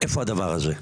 איפה הדבר הזה?